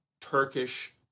Turkish